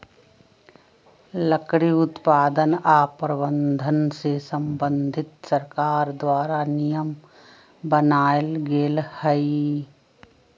लकड़ी उत्पादन आऽ प्रबंधन से संबंधित सरकार द्वारा नियम बनाएल गेल हइ